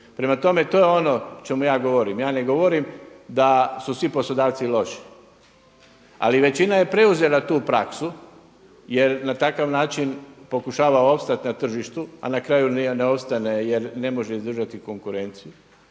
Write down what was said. Prema tome, to je ono o čemu ja govorim. Ja ne govorim da su svi poslodavci loši, ali većina je preuzela tu praksu jer na takav način pokušava opstati na tržištu, a na kraju ne ostane jer ne može izdržati konkurenciju.